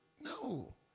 No